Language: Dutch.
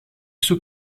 zoek